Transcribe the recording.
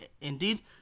Indeed